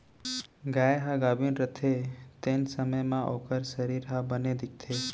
गाय ह गाभिन रथे तेन समे म ओकर सरीर ह बने दिखथे